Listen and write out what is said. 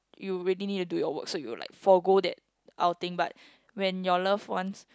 you really need to do your work so you like forgo that outing but when your loved ones